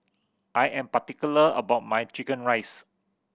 I am particular about my chicken rice